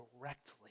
directly